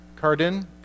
Cardin